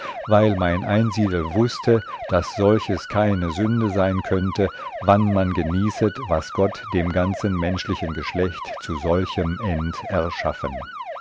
weil mein einsiedel wußte daß solches keine sünde sein könnte wann man genießet was gott dem ganzen menschlichen geschlecht zu solchem end erschaffen